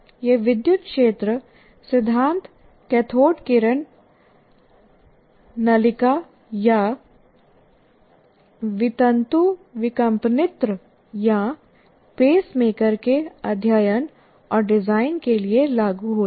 ये विद्युत क्षेत्र सिद्धांत कैथोड किरण नलिका या वितंतुविकंपनित्र या पेसमेकर के अध्ययन और डिजाइन के लिए लागू होते हैं